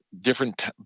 different